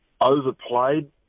overplayed